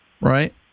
Right